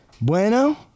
Bueno